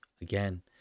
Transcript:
again